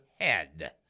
head